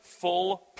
full